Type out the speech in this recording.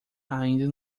ainda